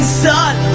sun